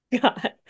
God